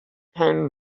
came